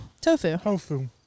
Tofu